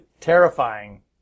terrifying